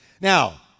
Now